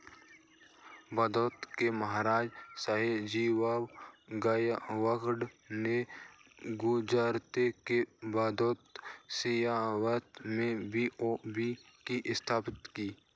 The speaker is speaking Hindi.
बड़ौदा के महाराजा, सयाजीराव गायकवाड़ ने गुजरात के बड़ौदा रियासत में बी.ओ.बी की स्थापना की